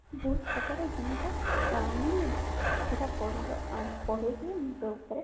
ବହୁତ ପ୍ରକାର ଜିନିଷ ଜାଣିବ ମାନେ ସେଟା ପଢ଼ିବ ଆଉ ପଢ଼ିକି ନିଜ ଉପରେ